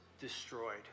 destroyed